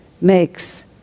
makes